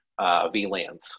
VLANs